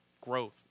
growth